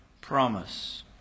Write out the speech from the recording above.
promise